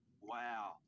Wow